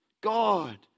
God